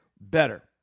better